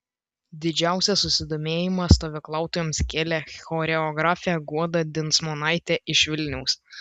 didžiausią susidomėjimą stovyklautojams kėlė choreografė guoda dinsmonaitė iš vilniaus